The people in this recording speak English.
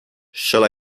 shall